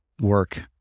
work